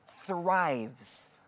thrives